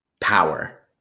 power